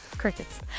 Crickets